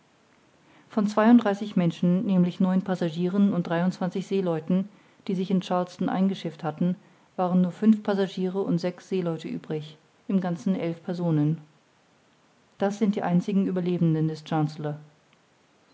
von zweiunddreißig menschen nämlich neun passagieren und dreiundzwanzig seeleuten die sich in charleston eingeschifft hatten waren nur fünf passagiere und sechs seeleute übrig im ganzen elf personen das sind die einzigen ueberlebenden des